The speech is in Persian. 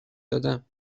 دادم